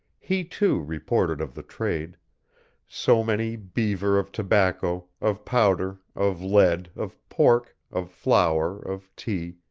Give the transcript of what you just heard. he too reported of the trade so many beaver of tobacco, of powder, of lead, of pork, of flour, of tea,